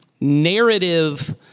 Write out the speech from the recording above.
narrative